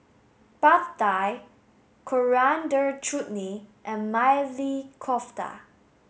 Pad Thai Coriander Chutney and Maili Kofta